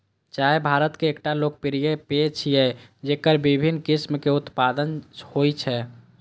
चाय भारत के एकटा लोकप्रिय पेय छियै, जेकर विभिन्न किस्म के उत्पादन होइ छै